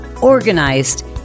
organized